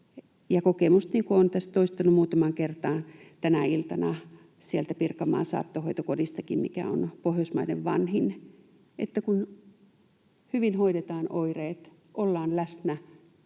on, niin kuin olen tässä toistanut muutamaan kertaan tänä iltana, sieltä Pirkanmaan saattohoitokodistakin, mikä on Pohjoismaiden vanhin, että kun hyvin hoidetaan oireet, ollaan läsnä